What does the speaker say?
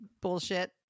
bullshit